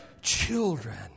children